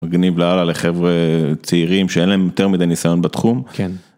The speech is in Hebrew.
מגנים להלאה לחבר צעירים שאין להם יותר מדי ניסיון בתחום.